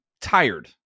tired